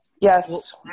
Yes